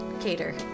cater